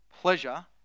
pleasure